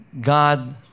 God